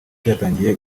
byatangiye